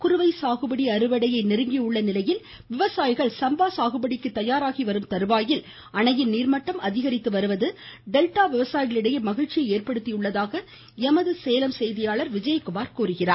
குறுவை சாகுபடி அறுவடையை நெருங்கி உள்ள நிலையில் விவசாயிகள் சம்பா சாகுபடிக்கு தயாராகி வரும் இத்தருவாயில் அணையின் நீர்மட்டம் அதிகரித்து வருவது டெல்டா விவசாயிகளிடையே மகிழ்ச்சியை ஏற்படுத்தி உள்ளதாக எமது சேலம் செய்தியாளர் தெரிவிக்கிறார்